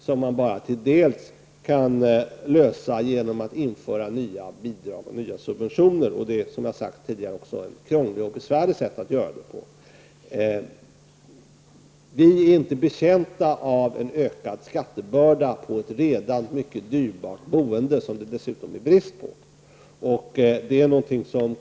Det kan bara till dels bli en lösning genom nya bidrag och subventioner. Som jag tidigare sade är detta också ett besvärligt sätt att gå till väga. Vi är inte betjänta av en större skattebörda på ett redan mycket dyrbart boende, ett boende som det dessutom är brist på.